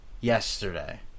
yesterday